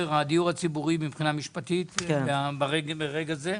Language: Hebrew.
הדיור הציבורי מבחינה משפטית ברגע זה?